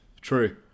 True